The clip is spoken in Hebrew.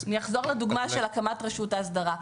אני אחזור לדוגמה של הקמת רשות האסדרה.